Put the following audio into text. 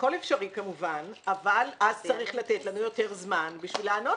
הכל אפשרי כמובן אבל אז צריך לתת לנו יותר זמן בשביל לענות